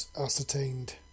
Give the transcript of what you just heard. ascertained